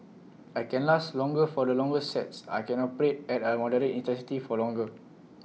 I can last longer for the longer sets I can operate at A moderate intensity for longer